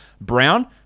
Brown